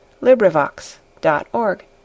LibriVox.org